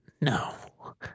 No